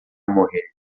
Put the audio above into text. morrer